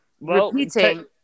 repeating